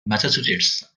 massachusetts